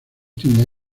tiendas